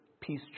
peace